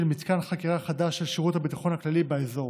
מתקן חקירה חדש של שירות הביטחון הכללי באזור.